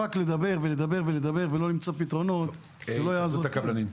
רק לדבר ולדבר ולדבר ולא למצוא פתרונות זה לא יעזור בכלום.